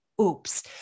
oops